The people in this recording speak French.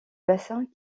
bassins